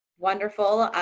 wonderful.